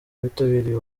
bitabiriye